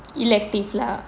elective lah